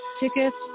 tickets